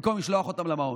במקום לשלוח אותם למעון.